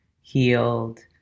healed